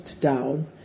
down